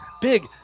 big